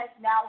now